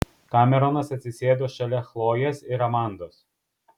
kameronas atsisėdo šalia chlojės ir amandos